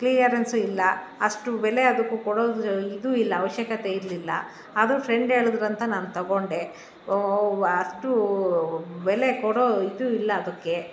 clearance ಇಲ್ಲ ಅಷ್ಟು ಬೆಲೆ ಅದಕ್ಕು ಕೊಡೋದು ಇದು ಇಲ್ಲ ಅವಶ್ಯಕತೆ ಇರಲಿಲ್ಲ ಆದ್ರೂ ಫ್ರೆಂಡ್ ಹೇಳದ್ರು ಅಂತ ನಾನು ತೊಗೊಂಡೆ ಅಷ್ಟು ಬೆಲೆ ಕೊಡೋ ಇದು ಇಲ್ಲ ಅದಕ್ಕೆ